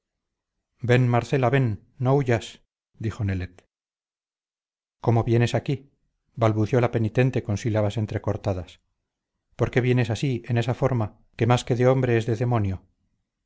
ven marcela ven no huyas dijo nelet cómo vienes aquí balbució la penitente con sílabas entrecortadas por qué vienes así en esa forma que más que de hombre es de demonio